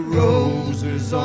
roses